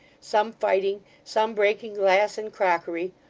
some fighting, some breaking glass and crockery,